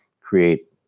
create